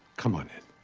come on in.